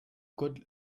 code